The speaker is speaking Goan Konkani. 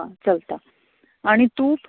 हां चलता आनी तूप